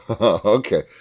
Okay